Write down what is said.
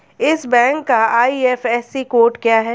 इस बैंक का IFSC code क्या है?